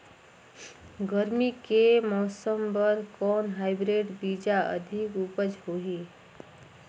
गरमी के मौसम बर कौन हाईब्रिड बीजा अधिक उपज होही?